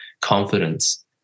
confidence